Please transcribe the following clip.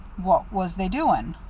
what was they doing?